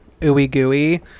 ooey-gooey